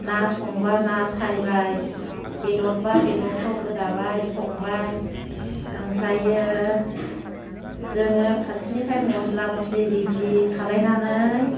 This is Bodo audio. ना संबा ना सायबाय बेदरबा बेदरखौ गोदाबाय संबाय आमफ्रायो जोङो फारसेनिफ्राय मस्ला मस्लि रिदि खालायनानै